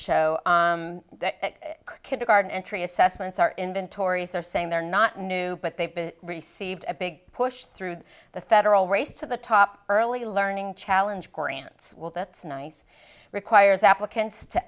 show kindergarten entry assessments our inventories are saying they're not new but they've received a big push through the federal race to the top early learning challenge grants well that's nice requires applicants to